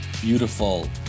beautiful